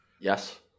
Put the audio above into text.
Yes